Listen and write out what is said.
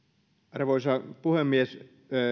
arvoisa puhemies